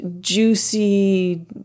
juicy